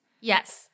Yes